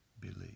believe